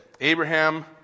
Abraham